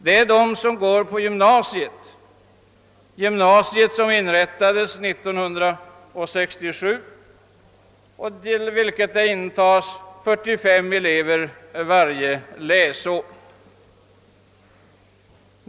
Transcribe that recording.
Det gäller dem som går på gymnasiet, som inrättades 1967 och till vilket det intas 45 elever varje läsår.